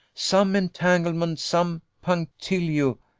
some entanglement, some punctilio,